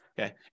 okay